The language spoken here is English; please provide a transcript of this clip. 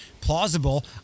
plausible